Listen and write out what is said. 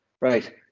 Right